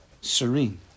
serene